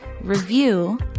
review